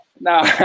No